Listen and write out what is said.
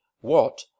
What